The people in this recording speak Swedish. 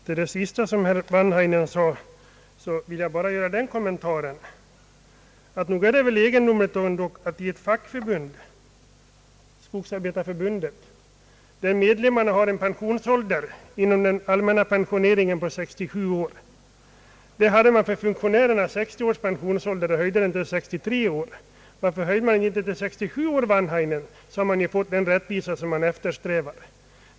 Herr talman! Med anledning av det sista som herr Wanhainen sade vill jag bara göra den kommentaren att det är egendomligt att i ett fackförbund, skogsarbetarförbundet, där medlemmarna har en pensionsålder inom den allmänna pensioneringen på 67 år, hade man en pensionsålder av 60 år som man höjde till 63 år. Varför höjde man inte till 67 år, herr Wanhainen? Då hade man ju fått den rättvisa som man eftersträvar.